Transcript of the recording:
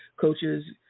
coaches